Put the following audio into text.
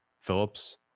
Phillips